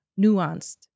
nuanced